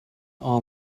are